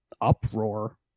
uproar